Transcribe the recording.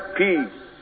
peace